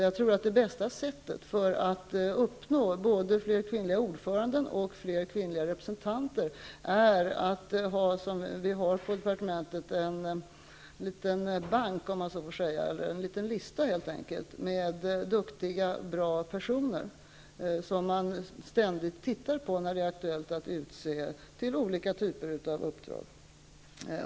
Jag tror att det bästa sättet att uppnå målet fler kvinnliga ordförande och fler kvinnliga representanter är att ha så att säga en liten bank -- som vi har på departementet --, helt enkelt en lista med namn på duktiga och bra personer. Den listan kan man alltid se på när det är aktuellt att utse personer till olika typer av uppdrag.